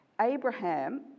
Abraham